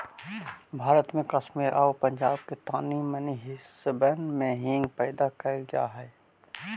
भारत में कश्मीर आउ पंजाब के तानी मनी हिस्सबन में हींग पैदा कयल जा हई